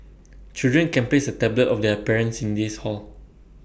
children can place A tablet of their parents in this hall